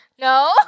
No